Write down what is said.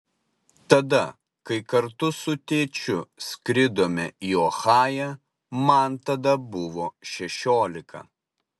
tada kai kartu su tėčiu skridome į ohają man tada buvo šešiolika